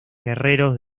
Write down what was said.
guerreros